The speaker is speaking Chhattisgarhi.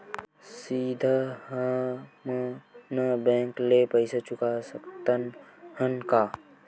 सीधा हम मन बैंक ले पईसा चुका सकत हन का?